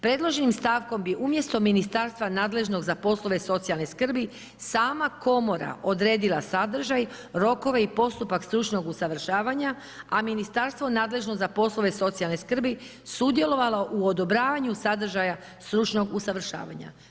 Predloženim stavkom bi umjesto ministarstva nadležnog za poslove socijalne skrbim, sama komora odredila sadržaj, rokove i postupak stručnog usavršavanja a ministarstvo nadležno za poslove socijalne skrbi, sudjelovalo u odobravanju sadržaja stručnog usavršavanja.